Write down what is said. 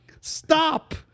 Stop